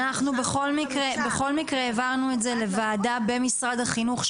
אנחנו בכל מקרה העברנו את זה לוועדה במשרד החינוך,